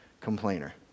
complainer